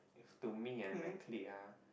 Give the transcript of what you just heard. to me and my clique ah